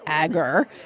agar